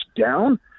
down